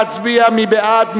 נא להצביע, מי בעד?